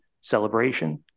celebration